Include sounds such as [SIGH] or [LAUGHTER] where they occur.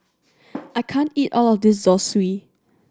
[NOISE] I can't eat all of this Zosui